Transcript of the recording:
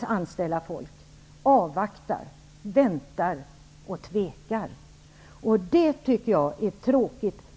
anställa folk, avvaktar. De väntar och tvekar. Det tycker jag är tråkigt.